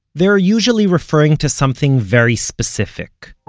they're usually referring to something very specific.